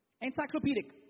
Encyclopedic